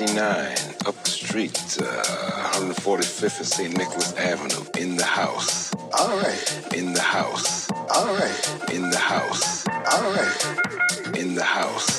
Up the street, uh, 145th of St. Nicholas Avenue. In the house. Alright. In the house. Alright. In the house. Alright. In the house.